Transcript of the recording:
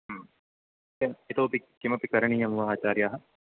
ह्म् इतोपि किमपि करणीयं वा आचार्याः